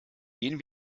gehen